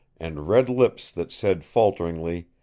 and red lips that said falteringly,